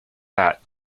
that